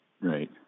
Right